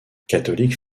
catholique